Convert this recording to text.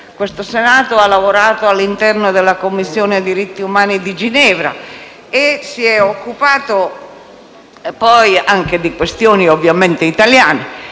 Questo Senato ha lavorato all'interno della Commissione diritti umani di Ginevra e si è occupato poi anche di questioni italiane